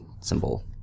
symbol